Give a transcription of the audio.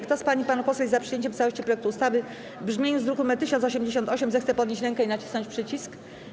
Kto z pań i panów posłów jest za przyjęciem w całości projektu ustawy w brzmieniu z druku nr 1088, zechce podnieść rękę i nacisnąć przycisk.